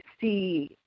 see